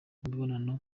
n’imibonano